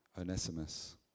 Onesimus